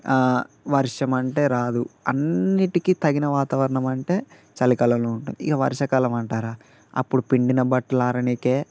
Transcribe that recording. వర్షం అంటే రాదు అన్నిటికీ తగిన వాతావరణం అంటే చలికాలంలో ఉంటుంది ఇంక వర్షాకాలం అంటారా అప్పుడు పిండిన బట్టలు ఆరడానికే